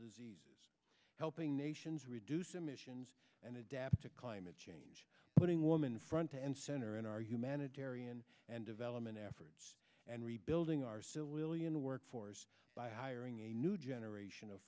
diseases helping nations reduce emissions and adapt to climate change putting woman front and center in our humanitarian and development efforts and rebuilding our still willian workforce by hiring a new generation of